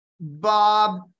Bob